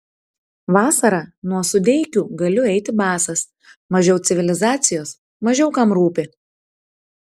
vasarą nuo sudeikių galiu eiti basas mažiau civilizacijos mažiau kam rūpi